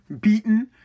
beaten